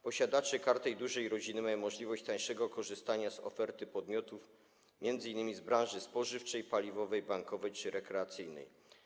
Posiadacze Karty Dużej Rodziny mają możliwość korzystania z tańszej oferty podmiotów, m.in. z branży spożywczej, paliwowej, bankowej czy rekreacyjnej.